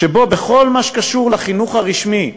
שבכל מה שקשור לחינוך הרשמי במזרח-ירושלים,